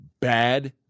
bad